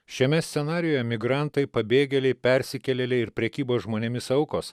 šiame scenarijuje migrantai pabėgėliai persikėlėliai ir prekybos žmonėmis aukos